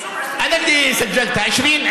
זה מה שרשמת, 20?